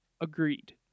agreed